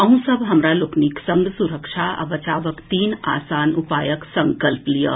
अहूँ सभ हमरा लोकनि संग सुरक्षा आ बचावक तीन आसान उपायक संकल्प लियऽ